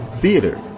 theater